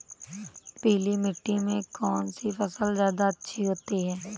पीली मिट्टी में कौन सी फसल ज्यादा अच्छी होती है?